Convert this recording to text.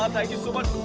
um thank you so much.